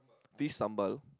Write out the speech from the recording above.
fish sambal